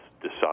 decide